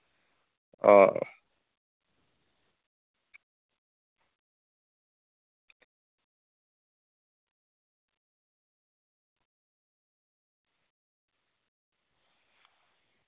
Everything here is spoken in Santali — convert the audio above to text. ᱚ